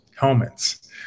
helmets